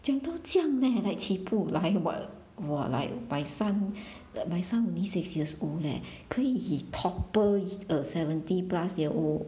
讲到这样 leh like 起不来 what !wah! like my son my son only six years old leh 可以 topple a seventy plus year old